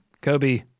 Kobe